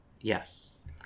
Yes